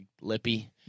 lippy